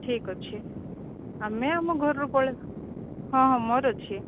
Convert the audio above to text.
ଠିକ୍ ଅଛି ଆମେ ଆମ ଘରରୁ ପଳାଇବା ହଁ ହଁ ମୋର ଅଛି